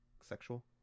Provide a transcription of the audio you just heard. sexual